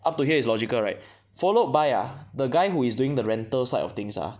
up to here is logical right followed by ah the guy who is doing the rental side of things ah